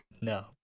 No